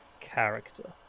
character